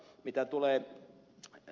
mitä tulee ed